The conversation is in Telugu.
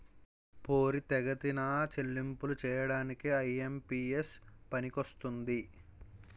పోరితెగతిన చెల్లింపులు చేయడానికి ఐ.ఎం.పి.ఎస్ పనికొస్తుంది